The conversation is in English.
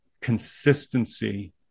consistency